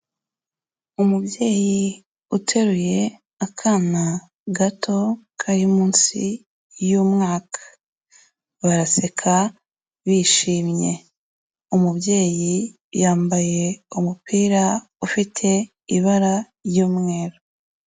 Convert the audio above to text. Umubyeyi uteruye akana gato kari munsi y'umwaka, baraseka, bishimye. Umubyeyi yambaye umupira ufite ibara ry'umweru.